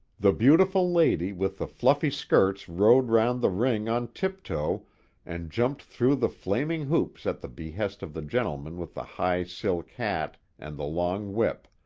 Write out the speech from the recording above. the beautiful lady with the fluffy skirts rode round the ring on tiptoe and jumped through the flaming hoops at the behest of the gentleman with the high silk hat and the long whip